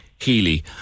Healy